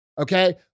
Okay